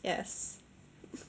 yes